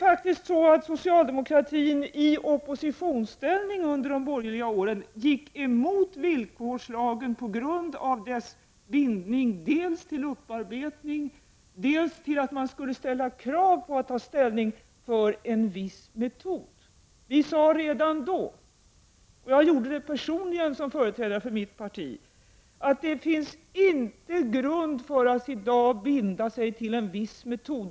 Faktum är att socialdemokratin i oppositionsställning under de borgerliga åren gick emot villkorslagen på grund av dess bindning dels till upparbetning, dels till att man skulle ställa krav på att ta ställning för en viss metod. Vi sade redan då — jag gjorde det personligen som företrädare för mitt parti — att det inte finns grund för att i dag binda sig till en viss metod.